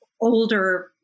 older